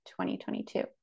2022